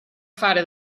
fare